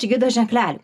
gido ženklelį